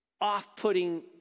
off-putting